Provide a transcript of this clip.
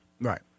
Right